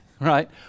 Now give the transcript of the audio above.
right